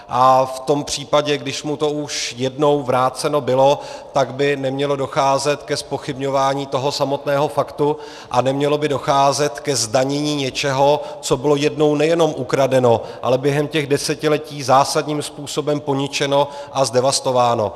A v tom případě, když už mu to jednou vráceno bylo, tak by nemělo docházet ke zpochybňování toho samotného faktu a nemělo by docházet ke zdanění něčeho, co bylo jednou nejenom ukradeno, ale během těch desetiletí zásadním způsobem poničeno a zdevastováno.